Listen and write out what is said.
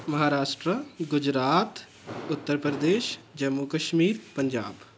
Maharashtra Gujarat Uttar Pradesh Jammu Kashmir Punjab